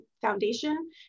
foundation